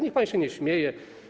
Niech pan się nie śmieje.